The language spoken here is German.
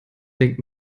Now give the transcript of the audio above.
denkt